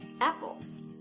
Apples